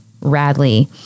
Radley